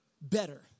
better